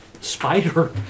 spider